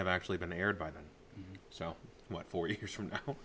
have actually been aired by them so what four years from now